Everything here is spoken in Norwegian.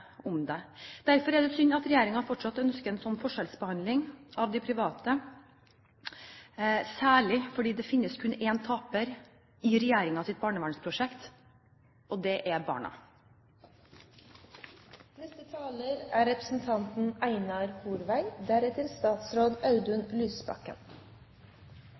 om dem. Derfor er det synd at regjeringen fortsatt ønsker en slik forskjellsbehandling av de private, særlig fordi det kun finnes én taper i regjeringens barnevernsprosjekt, og det er barna. Det er